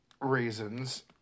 raisins